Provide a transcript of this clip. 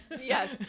yes